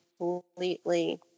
completely